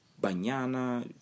banana